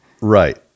Right